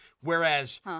whereas